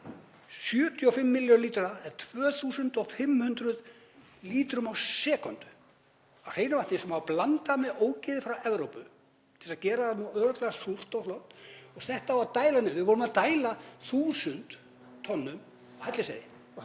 75 milljónum lítra eða 2.500 lítrum á sekúndu af hreinu vatni sem á að blanda með ógeði frá Evrópu til að gera það nú örugglega súrt og flott. Þessu á að dæla niður. Við vorum að dæla 1.000 tonnum á Hellisheiði